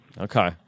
okay